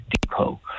depot